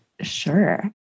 Sure